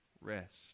rest